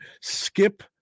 skip